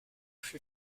fut